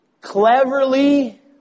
cleverly